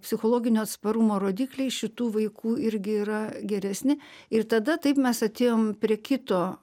psichologinio atsparumo rodikliai šitų vaikų irgi yra geresni ir tada taip mes atėjom prie kito